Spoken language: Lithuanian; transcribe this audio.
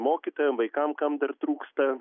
mokytojam vaikam kam dar trūksta